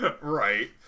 Right